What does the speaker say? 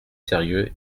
sérieux